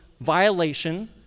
violation